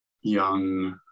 young